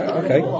okay